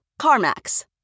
CarMax